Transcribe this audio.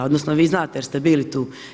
Odnosno vi znate jer ste vi bili tu.